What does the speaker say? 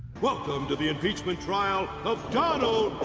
welcome to the impeachment trial of donald